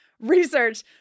Research